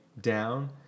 down